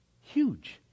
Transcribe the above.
Huge